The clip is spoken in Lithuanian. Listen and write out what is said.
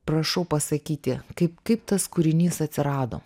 prašau pasakyti kaip kaip tas kūrinys atsirado